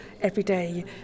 everyday